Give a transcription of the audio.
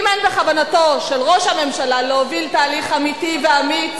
ואם אין בכוונתו של ראש הממשלה להוביל תהליך אמיתי ואמיץ,